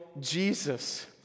Jesus